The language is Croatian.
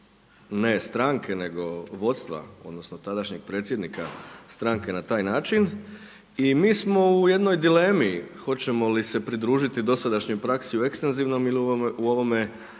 ne stranke nego vodstva odnosno tadašnjeg predsjednika stranke na taj način i mi smo u jednoj dilemi hoćemo li se pridružiti dosadašnjoj praksi u ekstenzivnom ili u ovom